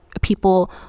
people